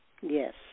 Yes